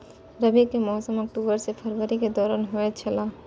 रबी के मौसम अक्टूबर से फरवरी के दौरान होतय छला